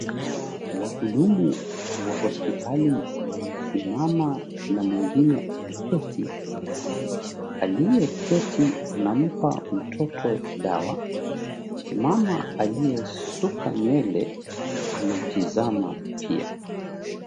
Wahudumu wa hospitali wamesimama na mwengine ameketi. Aliyeketi anampa mtoto dawa. Mama aliyesuka nywele, anamtizama pia.